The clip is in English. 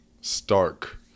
stark